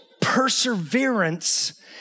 Perseverance